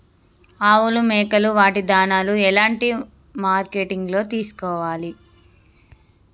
ఆవులు మేకలు వాటి దాణాలు ఎలాంటి మార్కెటింగ్ లో తీసుకోవాలి?